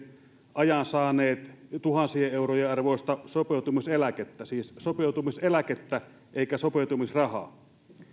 ajan saaneet tuhansien eurojen arvoista sopeutumiseläkettä siis sopeutumiseläkettä eikä sopeutumisrahaa